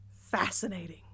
Fascinating